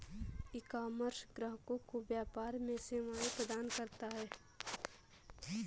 ecommerce ग्राहकों को व्यापार में सेवाएं प्रदान करता है